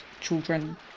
children